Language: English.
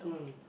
mm